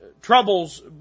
Troubles